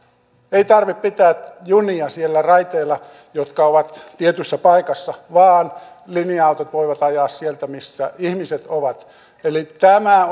ei tarvitse pitää junia siellä raiteilla jotka ovat tietyssä paikassa vaan linja autot voivat ajaa sieltä missä ihmiset ovat eli tämä